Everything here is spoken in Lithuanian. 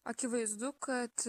akivaizdu kad